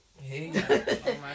Hey